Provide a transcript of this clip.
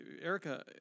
Erica